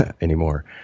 anymore